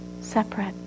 separate